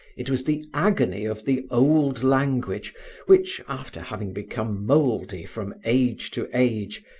it was the agony of the old language which, after having become moldy from age to age,